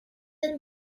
and